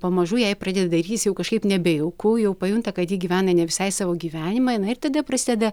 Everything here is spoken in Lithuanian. pamažu jai pradeda darytis jau kažkaip nebejauku jau pajunta kad ji gyvena ne visai savo gyvenimą na ir tada prasideda